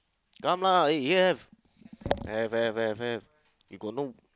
come lah eh here have have have have have you got no